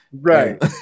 right